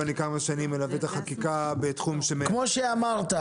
ואני כמה שנים מלווה את החקיקה בתחום --- כמו שאמרת,